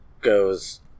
goes